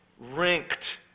ranked